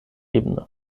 ebene